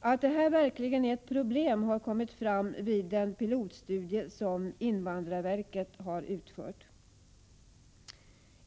Att det här verkligen är ett problem har kommit fram vid en pilotstudie som invandrarverket utfört.